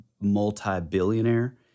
multi-billionaire